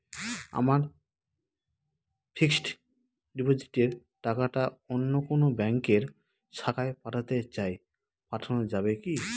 আমার ফিক্সট ডিপোজিটের টাকাটা অন্য কোন ব্যঙ্কের শাখায় পাঠাতে চাই পাঠানো যাবে কি?